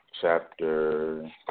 chapter